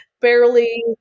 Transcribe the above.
barely